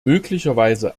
möglicherweise